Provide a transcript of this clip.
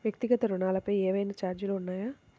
వ్యక్తిగత ఋణాలపై ఏవైనా ఛార్జీలు ఉన్నాయా?